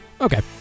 Okay